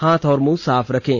हाथ और मुंह साफ रखें